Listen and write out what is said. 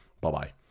Bye-bye